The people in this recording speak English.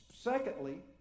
Secondly